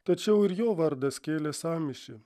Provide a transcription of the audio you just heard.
tačiau ir jo vardas kėlė sąmyšį